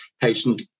patient